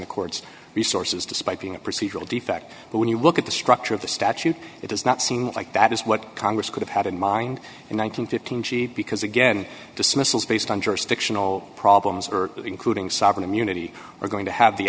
the court's resources despite being a procedural defect but when you look at the structure of the statute it does not seem like that is what congress could have had in mind in one thousand and fifteen cheap because again dismissals based on jurisdictional problems including sovereign immunity are going to have the